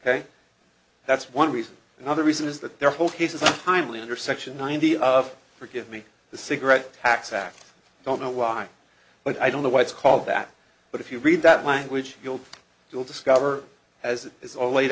ok that's one reason another reason is that their whole case is highly under section ninety of forgive me the cigarette tax act i don't know why but i don't know why it's called that but if you read that language you'll you'll discover as it is all laid